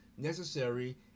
necessary